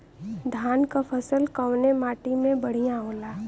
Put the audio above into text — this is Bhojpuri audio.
धान क फसल कवने माटी में बढ़ियां होला?